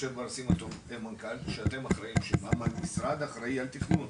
בר סימנטוב המנכ"ל אמר שהמשרד אחראי על תכנון.